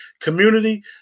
community